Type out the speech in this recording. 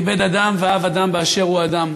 כיבד אדם ואהב אדם באשר הוא אדם.